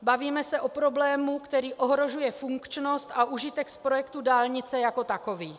Bavíme se o problému, který ohrožuje funkčnost a užitek z projektu dálnice jako takové.